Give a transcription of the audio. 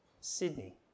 Sydney